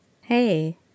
Hey